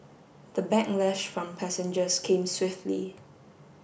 the backlash from passengers came swiftly